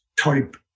type